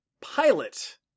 pilot